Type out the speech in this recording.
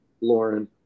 Lauren